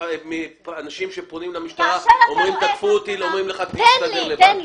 אנשים שפונים למשטרה ואומרים שתקפו אותם ואומרים להם להסתדר לבד.